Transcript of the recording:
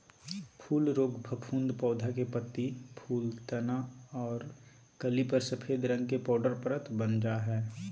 फूल रोग फफूंद पौधा के पत्ती, फूल, तना आर कली पर सफेद रंग के पाउडर परत वन जा हई